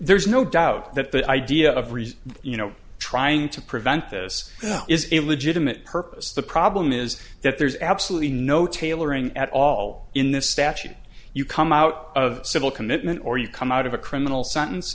there's no doubt that the idea of reason you know trying to prevent this is a legitimate purpose the problem is that there's absolutely no tailoring at all in this statute you come out of civil commitment or you come out of a criminal sentence